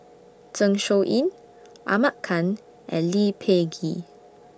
Zeng Shouyin Ahmad Khan and Lee Peh Gee